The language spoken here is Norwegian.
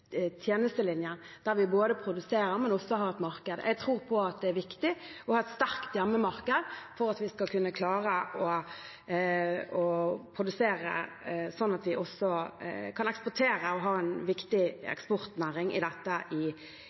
der vi både produserer og også har et marked. Jeg tror på at det er viktig å ha et sterkt hjemmemarked for at vi skal kunne klare å produsere, slik at vi også kan eksportere og ha en viktig eksportnæring i dette i